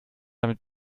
damit